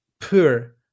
poor